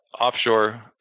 offshore